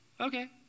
okay